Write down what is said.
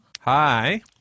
Hi